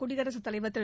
குடியரசுத்தலைவர் திரு